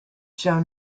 show